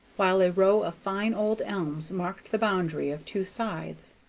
while a row of fine old elms marked the boundary of two sides.